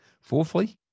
Fourthly